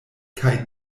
kaj